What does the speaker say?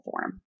form